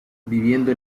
viviendo